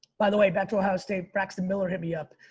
by the way, back to ohio state. braxton miller hit me up.